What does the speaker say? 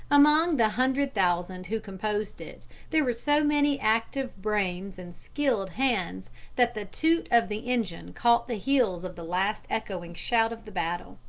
among the hundred thousand who composed it there were so many active brains and skilled hands that the toot of the engine caught the heels of the last echoing shout of the battle.